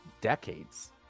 decades